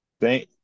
Thank